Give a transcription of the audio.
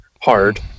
hard